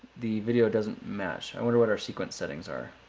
the video doesn't match. i wonder what our sequence settings are.